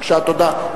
תודה,